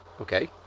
okay